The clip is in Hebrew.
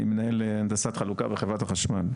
אני מנהל הנדסת חלוקה בחברת החשמל.